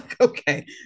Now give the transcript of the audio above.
Okay